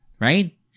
Right